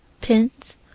pins